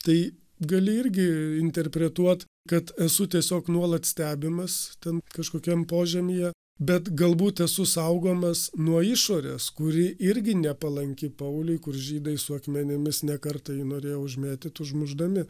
tai gali irgi interpretuot kad esu tiesiog nuolat stebimas ten kažkokiam požemyje bet galbūt esu saugomas nuo išorės kuri irgi nepalanki pauliui kur žydai su akmenimis ne kartą jį norėjo užmėtyt užmušdami